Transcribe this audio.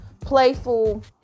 playful